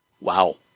Wow